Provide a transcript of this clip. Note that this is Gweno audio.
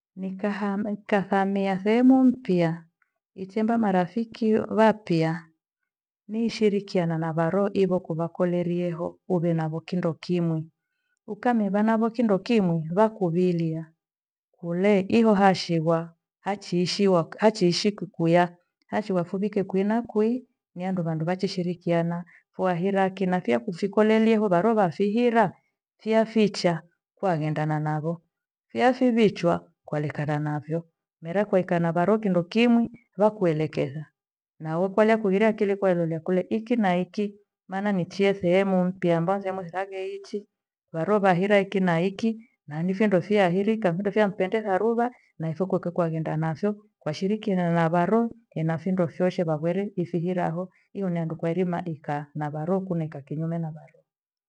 Nikahama, nikathamia sehemu mpya, ichemba marafiki vapya ni shirikana na varohokuvako leliheo uvenavyo kindokimwi. Ukameva navo kindokimwi vakuvilia kule iho hashigwa achiishiwa shiishi kwiya hashigwa fuvike kwihi na kwishi niandu vandu vashishirikiana. Wahirakinathi na fiya kufikelerie varoho vafiira fia ficha kwa ghenda nafo. Fiya vivichwa kwalekana nafo mira ukwana navaro kindo kimwe vakwelekesa. Nawe kwaliya kughire akili kwalorea kule iki na iki nama nichie sehemu mpya nisiragheichi mpya varo vyaira ichi na ichi varoho vyahira na ichi na ichi na ni findo fahirika fampendesa ruva na ipho kueke kwaghenda nafo kwashishiriana na varo na vindo vyothe vyo kwa kweri ifihiraho iho nihandu kwaerima ikaha na varoho kunaeikaha kinyume na varoho